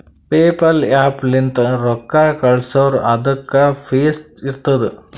PayPal app ಲಿಂತ್ ರೊಕ್ಕಾ ಕಳ್ಸುರ್ ಅದುಕ್ಕ ಫೀಸ್ ಇರ್ತುದ್